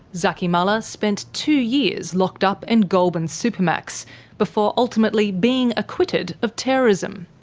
zaky mallah spent two years locked up in goulburn supermax before ultimately being acquitted of terrorism.